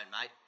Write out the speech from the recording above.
mate